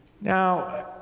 Now